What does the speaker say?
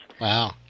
Wow